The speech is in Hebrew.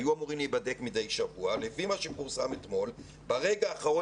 היו אמורים להיבדק מדי שבוע ולפי מה שפורסם אתמול ברגע האחרון